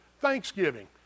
thanksgiving